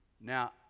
now